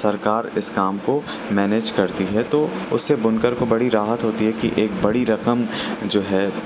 سرکار اس کام کو مینیج کرتی ہے تو اس سے بنکر کو بڑی راحت ہوتی ہے کہ ایک بڑی رقم جو ہے